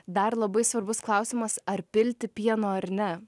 dar labai svarbus klausimas ar pilti pieno ar ne